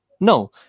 No